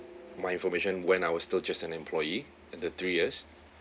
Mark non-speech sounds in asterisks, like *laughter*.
my information when I was still just an employee *noise* the three years